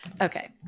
Okay